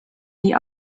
die